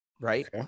right